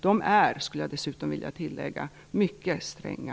De är, skulle jag dessutom vilja tillägga, mycket stränga.